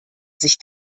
sich